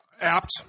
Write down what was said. apt